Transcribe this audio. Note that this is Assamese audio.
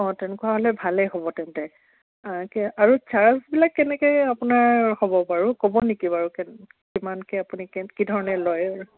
অঁ তেনেকুৱা হ'লে ভালে হ'ব তেন্তে এতিয়া আৰু চাৰ্জবিলাক কেনেকৈ আপোনাৰ হ'ব বাৰু ক'ব নেকি বাৰু কে কিমানকৈ আপুনি কি ধৰণে লয়